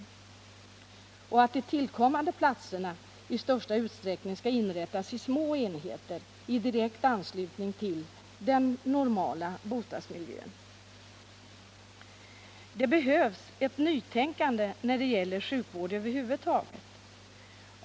Vi har också sagt att de tillkommande platserna i största utsträckning skall inrättas i små enheter, i direkt anslutning till den normala bostadsmiljön. Det behövs ett nytänkande när det gäller sjukvård över huvud taget.